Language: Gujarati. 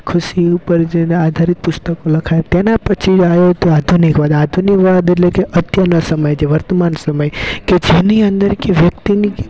ખુશી ઉપર જેના આધારિત પુસ્તકો લખાએલા તેના પછી આવ્યું તો આધુનિકવાદ આધુનિકવાદ એટલે અત્યારનો સમય જે વર્તમાન સમય કે જેની અંદર કે વ્યક્તિની